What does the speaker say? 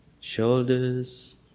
shoulders